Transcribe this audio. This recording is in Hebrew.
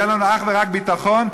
ויהיה לו אך ורק ביטחון,